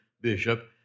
bishop